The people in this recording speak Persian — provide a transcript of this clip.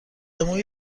مویی